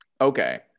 Okay